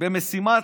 במשימה